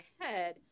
ahead